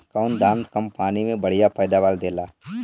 कौन धान कम पानी में बढ़या पैदावार देला?